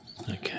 Okay